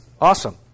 awesome